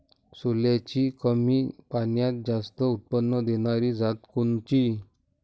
सोल्याची कमी पान्यात जास्त उत्पन्न देनारी जात कोनची?